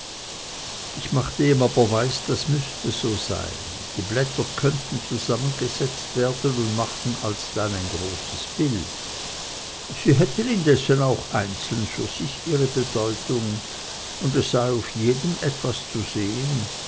ich machte ihm aber weis das müßte so sein die blätter könnten zusammengesetzt werden und machten alsdann ein großes bild sie hätten indessen auch einzeln für sich ihre bedeutung und es sei auf jedem etwas zu sehen